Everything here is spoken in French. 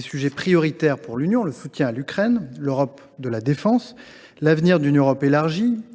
sujets prioritaires pour l’Union : le soutien à l’Ukraine, l’Europe de la défense, l’avenir d’une Europe élargie,